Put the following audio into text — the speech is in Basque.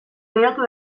berotu